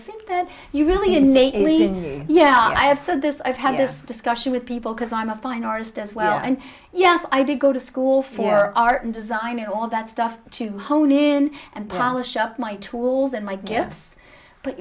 think that you really innately you yeah i have said this i've had this discussion with people because i'm a fine artist as well and yes i did go to school for art and design and all that stuff to hone in and polish up my tools and my gifts but